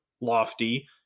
lofty